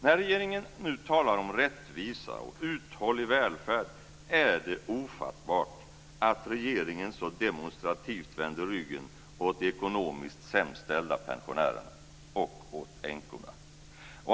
När regeringen nu talar om rättvisa och uthållig välfärd är det ofattbart att regeringen så demonstrativt vänder ryggen åt de ekonomiskt sämst ställda pensionärerna och åt änkorna.